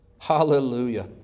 Hallelujah